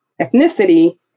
Ethnicity